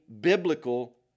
biblical